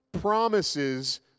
promises